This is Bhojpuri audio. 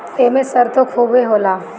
एमे सरतो खुबे होला